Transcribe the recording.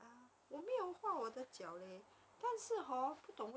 mm maybe the U_K side is different